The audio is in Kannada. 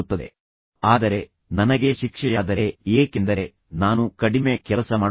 ನಾನು ಅದೇ ರೀತಿಯ ಕೆಲಸವನ್ನು ಮುಂದುವರೆಸಿದರೆ ಆದರೆ ನನಗೆ ಶಿಕ್ಷೆಯಾದರೆ ಏಕೆಂದರೆ ನಾನು ಕಡಿಮೆ ಕೆಲಸ ಮಾಡುತ್ತೇನೆ